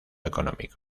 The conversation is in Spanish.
económico